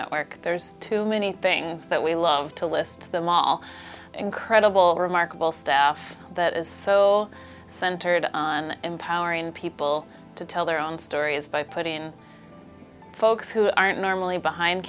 network there's too many things that we love to list them all incredible remarkable stuff that is so centered on empowering people to tell their own stories by putting folks who aren't normally behind